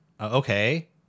Okay